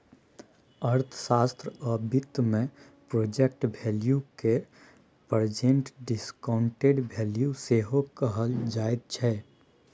अर्थशास्त्र आ बित्त मे प्रेजेंट वैल्यू केँ प्रेजेंट डिसकांउटेड वैल्यू सेहो कहल जाइ छै